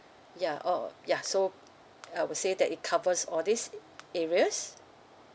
ya oh ya so I would say that it covers all these areas